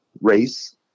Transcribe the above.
race